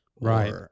right